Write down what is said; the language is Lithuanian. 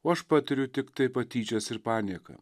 o aš patiriu tiktai patyčias ir panieką